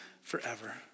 forever